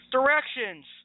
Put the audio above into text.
Directions